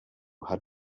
had